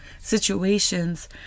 situations